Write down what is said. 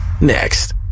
next